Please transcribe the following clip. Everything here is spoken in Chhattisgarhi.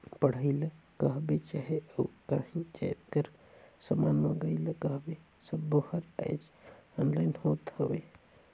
पढ़ई ल कहबे चहे अउ काहीं जाएत कर समान मंगई ल कहबे सब्बों हर आएज ऑनलाईन होत हवें